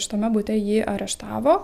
šitame bute jį areštavo